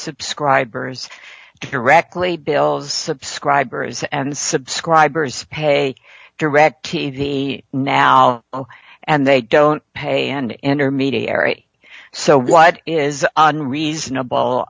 subscribers directly bale's subscribers and subscribers pay direct t v now and they don't pay an intermediary so what is unreasonable